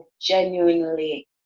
genuinely